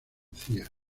cía